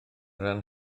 ran